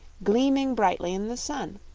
gleaming brightly in the sun.